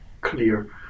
clear